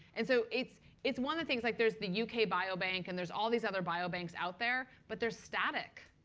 and so it's it's one of the things. like there's the yeah uk biobank, and there's all these other biobanks out there. but they're static.